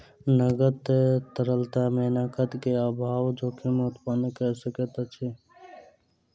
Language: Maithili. नकद तरलता मे नकद के अभाव जोखिम उत्पन्न कय सकैत अछि